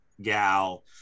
gal